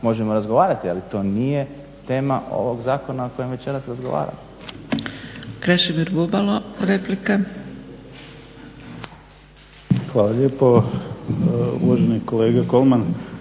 možemo razgovarati ali to nije tema ovog zakona o kojem večeras razgovaramo.